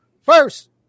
First